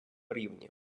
рівні